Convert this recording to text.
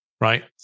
Right